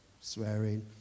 swearing